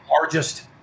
largest